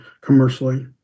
commercially